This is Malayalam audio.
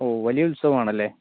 ഓ വലിയ ഉത്സവം ആണല്ലേ